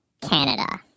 Canada